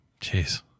Jeez